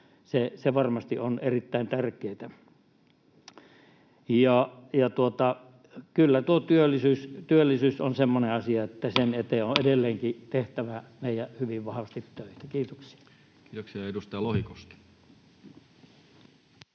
se varmasti on erittäin tärkeätä. Kyllä työllisyys on semmoinen asia, että sen eteen on edelleenkin tehtävä meidän hyvin vahvasti töitä. — Kiitoksia. Kiitoksia. — Edustaja Lohikoski.